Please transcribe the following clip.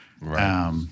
Right